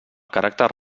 caràcter